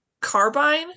carbine